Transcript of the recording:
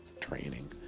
training